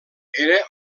era